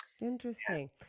interesting